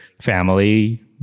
family